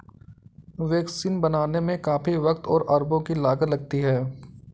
vaccine बनाने में काफी वक़्त और अरबों की लागत लगती है